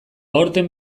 aurten